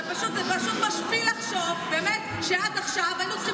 זה פשוט משפיל לחשוב שעד עכשיו היינו צריכים